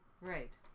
Right